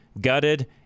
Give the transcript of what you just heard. Gutted